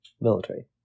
military